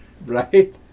right